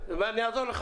אעזור לך.